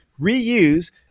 reuse